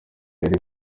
yari